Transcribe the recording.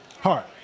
heart